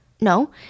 No